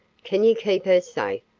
can you keep her safe?